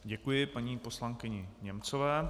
Děkuji paní poslankyni Němcové.